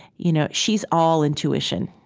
you know she's all intuition.